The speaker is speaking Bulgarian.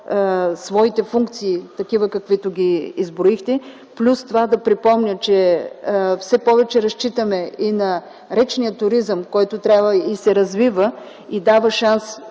своите функции такива, каквито ги изброихте. Да припомня, че все повече разчитаме и на речния туризъм, който трябва и се развива, и дава шанс за